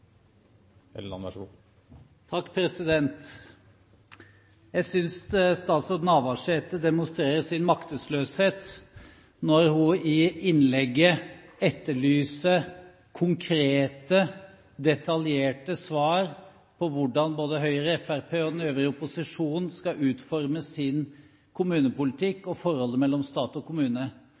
Jeg synes statsråd Navarsete demonstrerer sin maktesløshet når hun i innlegget etterlyser konkrete, detaljerte svar på hvordan både Høyre, Fremskrittspartiet og den øvrige opposisjonen skal utforme sin kommunepolitikk og forholdet mellom stat og kommune.